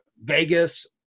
Vegas